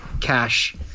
cash